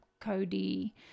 Cody